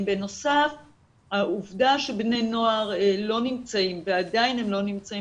מתוך כוונה שלא ייווצר ניתוק במשפחות האלה ושגם הן יוכלו גם